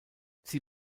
sie